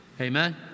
Amen